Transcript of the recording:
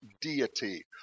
deity